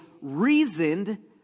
reasoned